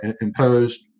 imposed